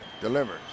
delivers